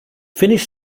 finnish